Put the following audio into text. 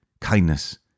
kindness